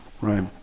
right